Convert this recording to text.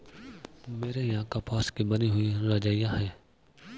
मेरे यहां कपास की बनी हुई रजाइयां है